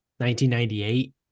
1998